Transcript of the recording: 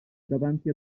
davanti